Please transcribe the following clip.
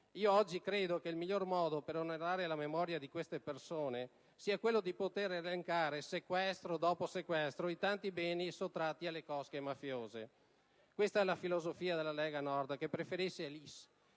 Credo che oggi il miglior modo per onorare la memoria di queste persone sia quello di poter elencare, sequestro dopo sequestro, i tanti beni sottratti alle cosche mafiose. Questa è la filosofia della Lega Nord, che preferisce gli